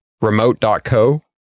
Remote.co